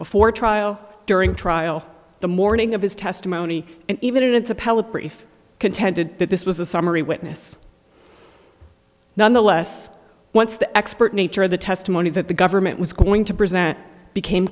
before trial during trial the morning of his testimony and even in its appellate brief contended that this was a summary witness nonetheless once the expert nature of the testimony that the government was going to present became